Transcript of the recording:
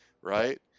right